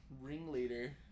ringleader